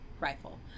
rifle